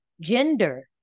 gender